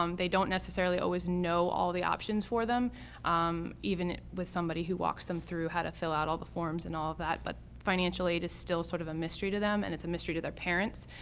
um they don't necessarily always know all the options for them um even with somebody who walks them through how to fill out all the forms and all of that, but financial aid is still sort of a mystery to them, and it's a mystery to their parents.